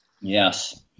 Yes